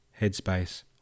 Headspace